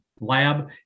lab